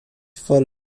voll